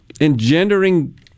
engendering